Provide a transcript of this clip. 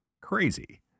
Crazy